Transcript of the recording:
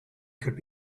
could